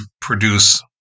produce